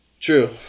true